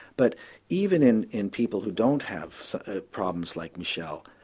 but even in in people who don't have so ah problems like michelle,